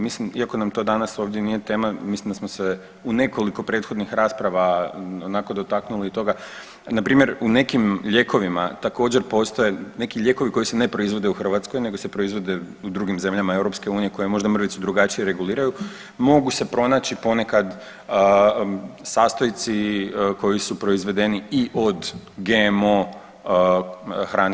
Mislim, iako nam to danas ovdje nije tema mislim da smo se u nekoliko prethodnih rasprava onako dotaknuli i toga npr. u nekim lijekovima također postoje, neki lijekovi koji se ne proizvode u Hrvatskoj, nego se proizvode u drugim zemljama EU koje možda mrvicu drugačije reguliraju mogu se pronaći ponekad sastojci koji su proizvedeni i od GMO hrane.